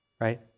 right